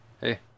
Hey